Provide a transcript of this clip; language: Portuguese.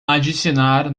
adicionar